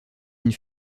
une